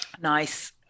nice